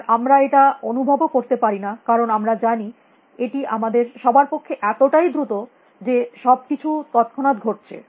আর আমরা এটা অনুভবও করতে পারি না কারণ আমরা জানি এটি আমাদের সবার পক্ষে এতটাই দ্রুত যে সব কিছু তৎক্ষণাৎ ঘটছে